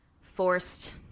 forced